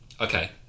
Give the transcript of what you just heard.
Okay